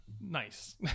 nice